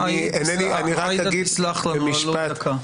עאידה תסלח לנו על עוד דקה.